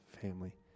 family